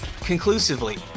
conclusively